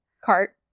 cart